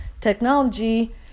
technology